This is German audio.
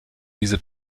diese